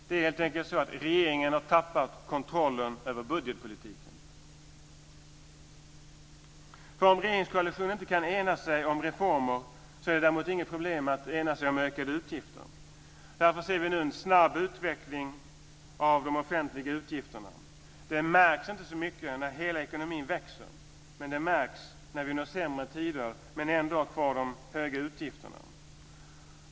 Det är helt enkelt så att regeringen har tappat kontrollen över budgetpolitiken. Om regeringskoalitionen inte kan ena sig om reformer är det däremot inget problem att ena sig om ökade utgifter. Därför ser vi nu en snabb utveckling av de offentliga utgifterna. Det märks inte så mycket när hela ekonomin växer, men det märks när vi har sämre tider och ändå har kvar de höga utgifterna.